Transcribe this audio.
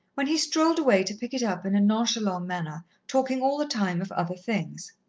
when he strolled away to pick it up in a nonchalant manner, talking all the time of other things.